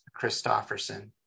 Christofferson